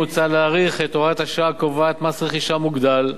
מוצע להאריך את הוראת השעה הקובעת מס רכישה מוגדל,